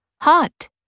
hot